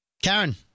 Karen